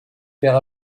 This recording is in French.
perd